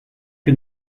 que